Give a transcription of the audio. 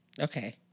Okay